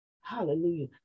Hallelujah